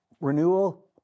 renewal